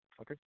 Okay